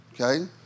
Okay